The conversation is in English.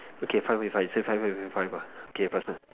okay five is five he said five and five ah okay faster